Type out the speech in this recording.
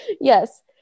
yes